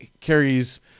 carries